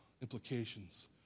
implications